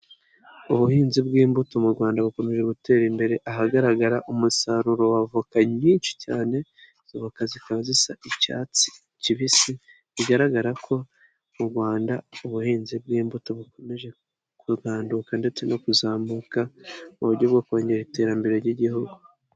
Ubuhinzi bw'imbuto mu Rwanda bukomeje gutera imbere, ahagaragara umusaruro wa avoka nyinshi cyane, izo voka ziba zisa icyatsi kibisi, bigaragara ko mu Rwanda ubuhinzi bw'imbuto bukomeje kuganduka ndetse no kuzamuka mu buryo bwo kongera iterambere ry'Igihugu.